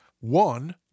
One